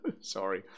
Sorry